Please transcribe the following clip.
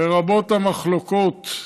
ורבות המחלוקות.